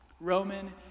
Roman